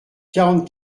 quarante